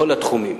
בכל התחומים.